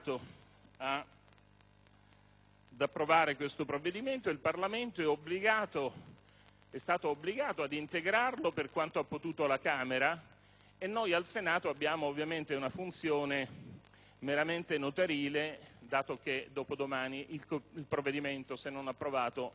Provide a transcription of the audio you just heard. ad approvare questo provvedimento e il Parlamento è stato obbligato ad integrarlo, per quanto ha potuto, alla Camera dei deputati, e noi al Senato abbiamo ovviamente una funzione meramente notarile dato che dopodomani il decreto, se non fosse approvato, andrebbe a scadere.